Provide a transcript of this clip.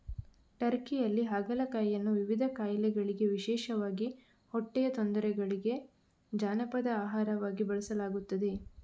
ಟರ್ಕಿಯಲ್ಲಿ ಹಾಗಲಕಾಯಿಯನ್ನು ವಿವಿಧ ಕಾಯಿಲೆಗಳಿಗೆ ವಿಶೇಷವಾಗಿ ಹೊಟ್ಟೆಯ ತೊಂದರೆಗಳಿಗೆ ಜಾನಪದ ಆಹಾರವಾಗಿ ಬಳಸಲಾಗುತ್ತದೆ